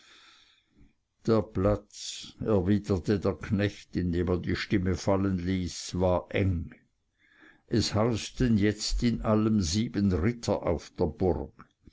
der platz erwiderte der knecht indem er die stimme fallen ließ war eng es hauseten jetzt in allem sieben ritter auf der burg